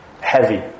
heavy